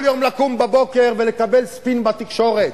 כל יום, לקום בבוקר ולקבל ספין בתקשורת.